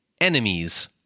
enemies